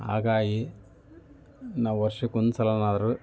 ಹಾಗಾಗಿ ನಾವು ವರ್ಷಕ್ಕೊಂದ್ಸಲನಾದ್ರೂ